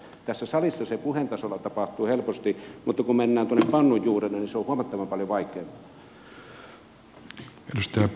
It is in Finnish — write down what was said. tässä salissa se puheen tasolla tapahtuu helposti mutta kun mennään tuonne pannun juurelle niin se on huomattavan paljon vaikeampaa